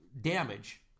damage